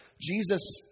Jesus